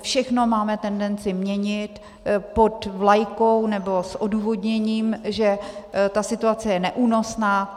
Všechno máme tendenci měnit pod vlajkou nebo s odůvodněním, že ta situace je neúnosná.